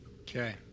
Okay